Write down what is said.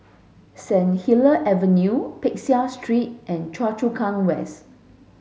Saint Helier's Avenue Peck Seah Street and Choa Chu Kang West